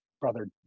Brother